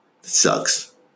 sucks